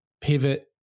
pivot